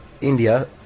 India